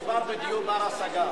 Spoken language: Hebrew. הסתייגות של קבוצת קדימה,